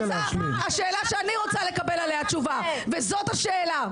השאלה שאני רוצה לקבל עליה תשובה וזאת השאלה,